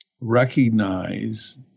recognize